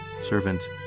servant